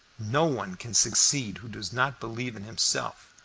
no one can succeed who does not believe in himself,